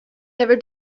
never